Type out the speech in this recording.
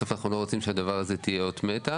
בסוף אנחנו לא רוצים שהדבר הזה יהיה אות מתה.